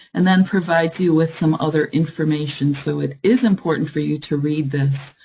and then provides you with some other information, so it is important for you to read this,